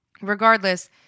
regardless